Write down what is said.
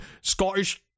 scottish